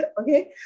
Okay